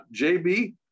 JB